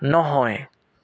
নহয়